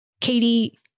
Katie